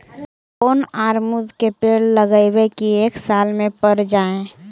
कोन अमरुद के पेड़ लगइयै कि एक साल में पर जाएं?